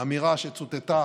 האמירה שצוטטה